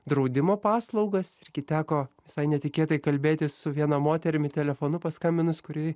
draudimo paslaugas irgi teko visai netikėtai kalbėtis su viena moterimi telefonu paskambinus kuri